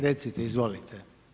Recite, izvolite.